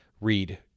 Read